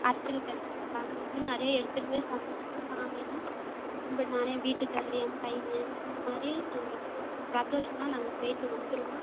அர்ச்சனை தட்டுகள் அது இதுன்னு நிறைய எடுத்துகிட்டு போய் சந்தோஷமா சாமி கும்புட்டு நான் என் வீட்டுக்காரரு என் பையன் இந்த மாதிரி நாங்கள் பிரதோஷம்னா நாங்க போய்ட்டு வந்துடுவோம்